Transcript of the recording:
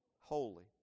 holy